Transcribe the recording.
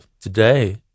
today